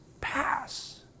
pass